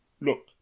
Look